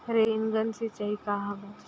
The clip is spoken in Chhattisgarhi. रेनगन सिंचाई का हवय?